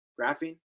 graphing